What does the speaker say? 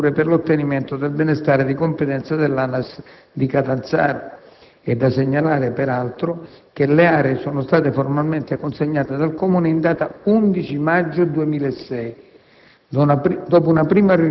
e l'attivazione delle procedure per l'ottenimento del benestare di competenza dell'ANAS di Catanzaro. E' da segnalare, peraltro, che le aree sono state formalmente consegnate dal Comune in data 11 maggio 2006.